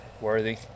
worthy